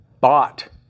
bought